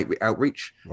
outreach